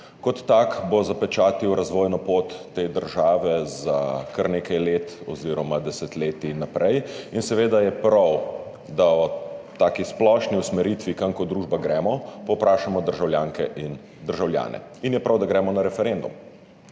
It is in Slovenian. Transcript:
Kot tak bo zapečatil razvojno pot te države za kar nekaj let oziroma desetletij naprej in seveda je prav, da o taki splošni usmeritvi, kam kot družba gremo, povprašamo državljanke in državljane. In je prav, da gremo na referendum.